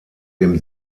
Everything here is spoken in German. dem